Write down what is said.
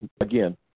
again